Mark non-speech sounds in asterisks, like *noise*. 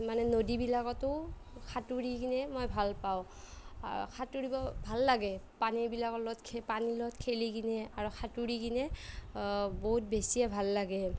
মানে নদীবিলাকতো সাঁতুৰি কিনে মই ভাল পাওঁ সাঁতুৰিব ভাল লাগে পানীবিলাকৰ লগত *unintelligible* পানীৰ লগত খেলি কিনে আৰু সাঁতুৰি কিনে বহুত বেছিয়ে ভাল লাগে